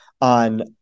on